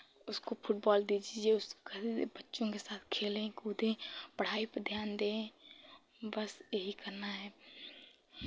उसको फुटबॉल दे दीजिए उसको कहे बच्चों के साथ खेलें कूदें पढ़ाई पे ध्यान दें बस यही करना है